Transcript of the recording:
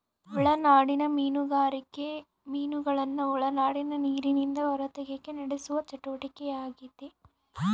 ಒಳನಾಡಿಗಿನ ಮೀನುಗಾರಿಕೆ ಮೀನುಗಳನ್ನು ಒಳನಾಡಿನ ನೀರಿಲಿಂದ ಹೊರತೆಗೆಕ ನಡೆಸುವ ಚಟುವಟಿಕೆಯಾಗೆತೆ